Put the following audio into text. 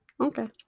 Okay